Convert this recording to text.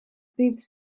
ddydd